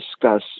discuss